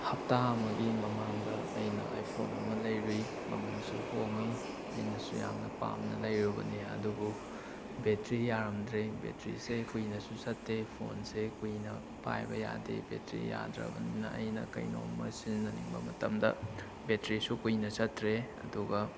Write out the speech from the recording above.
ꯍꯞꯇꯥ ꯑꯃꯒꯤ ꯃꯃꯥꯡꯗ ꯑꯩꯅ ꯑꯥꯏ ꯐꯣꯟ ꯑꯃ ꯂꯩꯔꯨꯏ ꯃꯃꯜꯁꯨ ꯍꯣꯡꯉꯤ ꯑꯩꯅꯁꯨ ꯌꯥꯝꯅ ꯄꯥꯝꯅ ꯂꯩꯔꯨꯕꯅꯤ ꯑꯗꯨꯕꯨ ꯕꯦꯇ꯭ꯔꯤ ꯌꯥꯔꯝꯗ꯭ꯔꯦ ꯕꯦꯇ꯭ꯔꯤꯁꯦ ꯀꯨꯏꯅꯁꯨ ꯆꯠꯇꯦ ꯐꯣꯟꯁꯦ ꯀꯨꯏꯅ ꯄꯥꯏꯕ ꯌꯥꯗꯦ ꯕꯦꯇ꯭ꯔꯤ ꯌꯥꯗ꯭ꯔꯕꯅꯤꯅ ꯑꯩꯅ ꯀꯔꯤꯅꯣꯃ ꯁꯤꯖꯤꯟꯅꯅꯤꯡꯕ ꯃꯇꯝꯗ ꯕꯦꯇ꯭ꯔꯤꯁꯨ ꯀꯨꯏꯅ ꯆꯠꯇ꯭ꯔꯦ ꯑꯗꯨꯒ